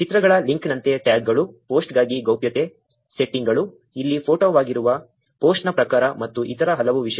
ಚಿತ್ರಗಳ ಲಿಂಕ್ನಂತೆ ಟ್ಯಾಗ್ಗಳು ಪೋಸ್ಟ್ಗಾಗಿ ಗೌಪ್ಯತೆ ಸೆಟ್ಟಿಂಗ್ಗಳು ಇಲ್ಲಿ ಫೋಟೋವಾಗಿರುವ ಪೋಸ್ಟ್ನ ಪ್ರಕಾರ ಮತ್ತು ಇತರ ಹಲವು ವಿಷಯಗಳು